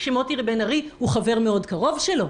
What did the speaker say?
שמוטי בן ארי הוא חבר קרוב מאוד שלו.